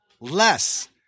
Less